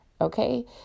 okay